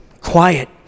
quiet